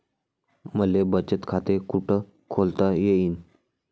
मले बचत खाते कुठ खोलता येईन?